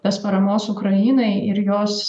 tas paramos ukrainai ir jos